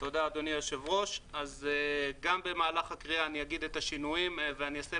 אז גם במהלך הקריאה אני אגיד את השינויים ואני אסב